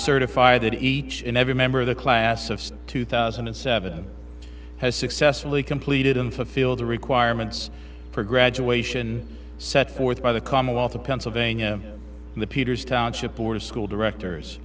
certify that each and every member of the class of two thousand and seven has successfully completed and fulfilled the requirements for graduation set forth by the commonwealth of pennsylvania and the peters township board of school directors